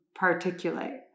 particulate